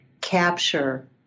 capture